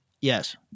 yes